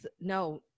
no